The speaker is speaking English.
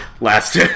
last